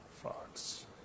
fox